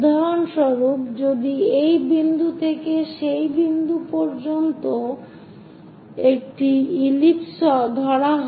উদাহরণস্বরূপ যদি এই বিন্দু থেকে সেই বিন্দু পর্যন্ত তবে এটি একটি ইলিপস হয়